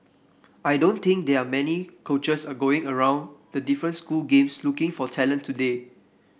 I don't think there are many coaches a going around the different school games looking for talent today